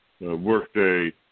Workday